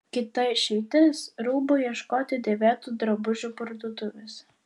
kita išeitis rūbų ieškoti dėvėtų drabužių parduotuvėse